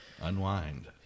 unwind